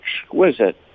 exquisite